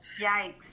yikes